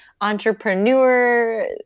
entrepreneur